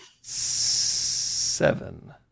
seven